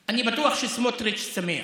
אני בטוח שסמוטריץ' שמח,